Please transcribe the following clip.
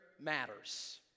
matters